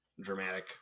dramatic